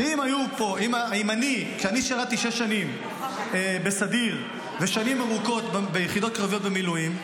שכשאני שירתי שש שנים בסדיר ושנים ארוכות ביחידות קרביות במילואים,